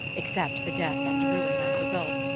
except the death and ruin that result,